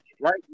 Right